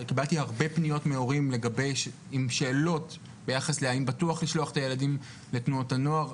עם שאלות האם בטוח לשלוח את הילדים לתנועות הנוער,